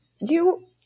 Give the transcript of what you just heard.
You-